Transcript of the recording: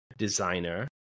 designer